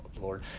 Lord